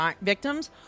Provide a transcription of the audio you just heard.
victims